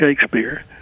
Shakespeare